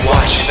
Watch